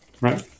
right